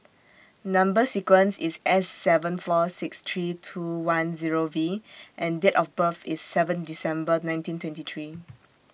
Number sequence IS S seven four six three two one Zero V and Date of birth IS seven December nineteen twenty three